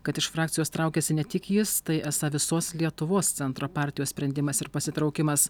kad iš frakcijos traukiasi ne tik jis tai esą visos lietuvos centro partijos sprendimas ir pasitraukimas